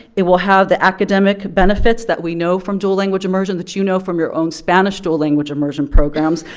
it will have the academic benefits that we know from dual language immersion, that you know from your own spanish dual language immersion programs,